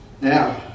Now